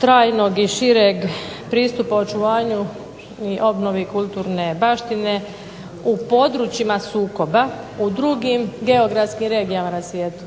trajnog i šireg pristupa očuvanju i obnovi kulturne baštine u područjima sukoba u drugim geografskim regijama na svijetu.